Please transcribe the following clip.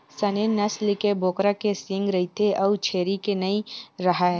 Saanen नसल के बोकरा के सींग रहिथे अउ छेरी के सींग नइ राहय